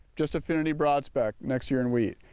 just affintiy broad spec next year in wheat.